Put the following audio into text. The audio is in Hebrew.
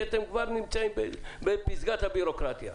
כי אתם כבר נמצאים בפסגת הביורוקרטיה.